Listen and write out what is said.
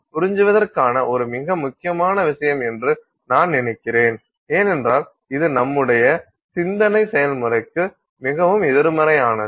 உறிஞ்சுவதற்கான ஒரு மிக முக்கியமான விஷயம் என்று நான் நினைக்கிறேன் ஏனென்றால் இது நம்முடைய சிந்தனை செயல்முறைக்கு மிகவும் எதிர்மறையானது